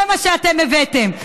זה מה שאתם הבאתם.